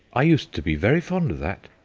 i used to be very fond of that.